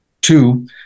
Two